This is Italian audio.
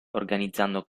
organizzando